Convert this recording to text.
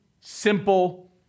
simple